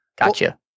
gotcha